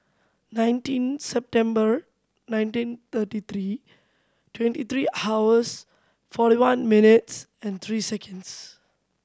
nineteen September nineteen thirty three twenty three hours four one minutes and three seconds